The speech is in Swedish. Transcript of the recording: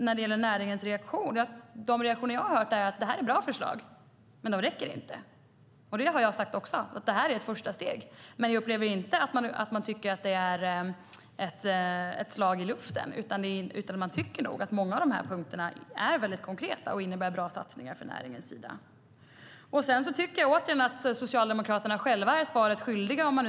När det gäller näringens reaktion har jag hört att det här är bra förslag men att de inte räcker, och det har även jag sagt: Det här är ett första steg. Men jag upplever inte att näringen tycker att det är ett slag i luften, utan man tycker nog att många av de här punkterna är väldigt konkreta och innebär bra satsningar. Om vi ska prata kronor och ören tycker jag återigen att Socialdemokraterna själva är svaret skyldiga.